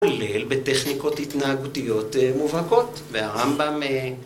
כולל בטכניקות התנהגותיות מובהקות והרמב״ם